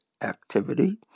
activity